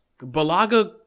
Balaga